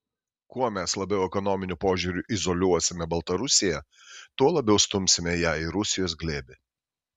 kuo mes labiau ekonominiu požiūriu izoliuosime baltarusiją tuo labiau stumsime ją į rusijos glėbį